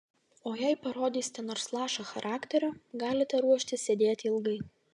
o jei parodysite nors lašą charakterio galite ruoštis sėdėti ilgai